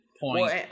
point